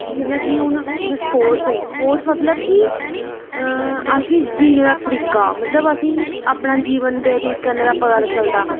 जि'यां की हून स्पोर्टस होई स्पोर्टस मतलब की असेंगी जीने दा तरीका असेंगी अपना जीवन व्यतीत करने दा तरीका पता चलदा